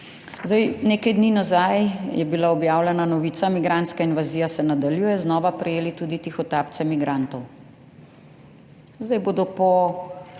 Nekaj dni nazaj je bila objavljena novica Migrantska invazija se nadaljuje, znova prejeli tudi tihotapce migrantov. Zdaj bodo po,